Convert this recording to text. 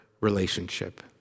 relationship